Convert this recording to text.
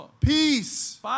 Peace